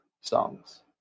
songs